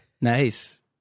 Nice